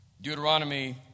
Deuteronomy